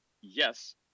Yes